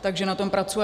Takže na tom pracujeme.